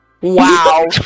Wow